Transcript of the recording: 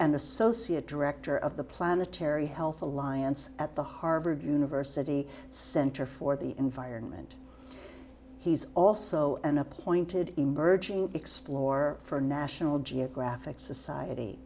and associate director of the planetary health alliance at the harvard university center for the environment he's also an appointed emerging explore for national geographic society